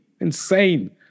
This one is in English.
insane